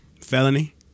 Felony